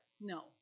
no